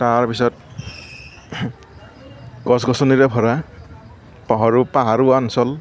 তাৰপিছত গছ গছনিৰে ভৰা পহৰো পাহাৰুৱা অঞ্চল